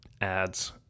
ads